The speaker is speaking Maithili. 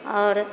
आओर